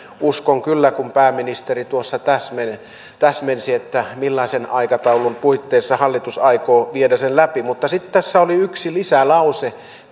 uskon kyllä kun pääministeri tuossa täsmensi millaisen aikataulun puitteissa hallitus aikoo viedä sen läpi mutta sitten tässä oli yksi lisälause